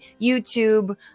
YouTube